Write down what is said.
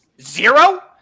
zero